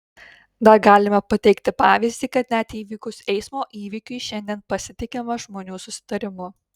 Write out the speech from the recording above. dar galime pateikti pavyzdį kad net įvykus eismo įvykiui šiandien pasitikima žmonių susitarimu